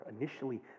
initially